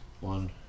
one